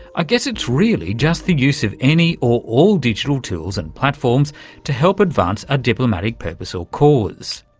i guess it's really just the use of any or all digital tools and platforms to help advance a diplomatic purpose or cause.